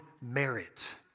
merit